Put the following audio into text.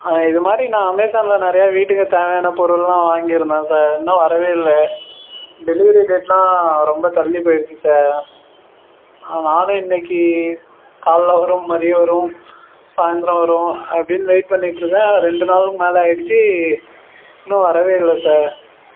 இது மாதிரி நான் அமேசானில் நிறையா வீட்டுக்குத் தேவையான பொருள்லாம் வாங்கியிருந்தேன் சார் இன்னும் வரவே இல்லை டெலிவரி டேட்லாம் ரொம்ப தள்ளிப் போயிடுச்சி சார் நானும் இன்றைக்கி காலைல வரும் மதியம் வரும் சாயந்தரம் வரும் அப்படின்னு வெயிட் பண்ணிட்டிருக்கேன் ரெண்டு நாளுக்கு மேல் ஆகிடுச்சி இன்னும் வரவே இல்லை சார்